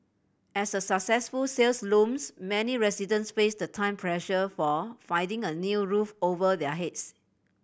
as a successful sales looms many residents face the time pressure for finding a new roof over their heads